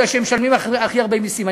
כי הם משלמים הכי הרבה מסים.